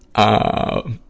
a